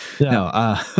No